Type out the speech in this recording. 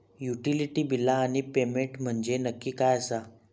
Utility बिला आणि payment म्हंजे नक्की काय आसा?